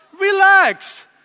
Relax